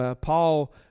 Paul